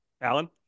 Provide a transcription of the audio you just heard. Alan